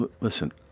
Listen